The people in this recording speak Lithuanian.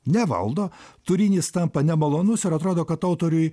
nevaldo turinys tampa nemalonus ir atrodo kad autoriui